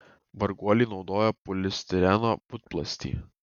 varguoliai naudojo polistireno putplastį